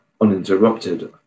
uninterrupted